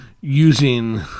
using